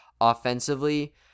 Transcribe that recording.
offensively